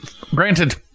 granted